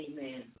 amen